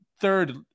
third